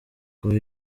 kuva